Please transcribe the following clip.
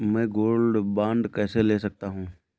मैं gold bond कैसे ले सकता हूँ?